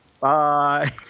Bye